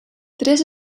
tres